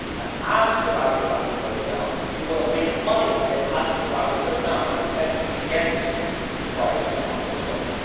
and as the value of apple goes down, you want to make money off it as the value goes down. you're betting against the price of apple stock.